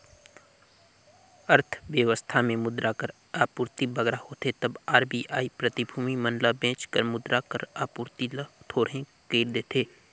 अर्थबेवस्था में मुद्रा कर आपूरति बगरा होथे तब आर.बी.आई प्रतिभूति मन ल बेंच कर मुद्रा कर आपूरति ल थोरहें कइर देथे